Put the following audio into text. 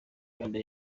wenda